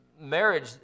marriage